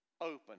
open